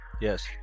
yes